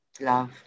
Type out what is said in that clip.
love